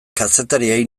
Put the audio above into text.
kazetariei